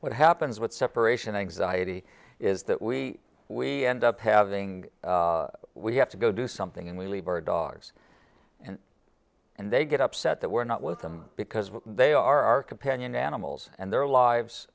what happens with separation anxiety is that we we end up having we have to go do something and we leave our dogs and they get upset that we're not with them because they are our companion animals and their lives